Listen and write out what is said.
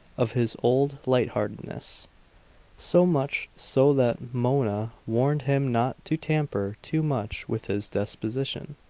of his old lightheartedness so much so that mona warned him not to tamper too much with his disposition.